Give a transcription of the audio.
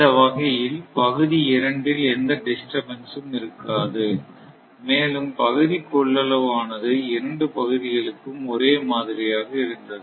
இந்த வகையில் பகுதி இரண்டில் எந்த டிஸ்டபன்ஸ் இருக்காது மேலும் பகுதி கொள்ளளவு ஆனது இரண்டு பகுதிகளுக்கும் ஒரே மாதிரியாக இருந்தது